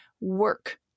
work